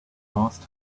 last